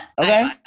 okay